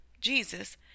Jesus